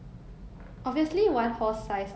ya because a hundred is like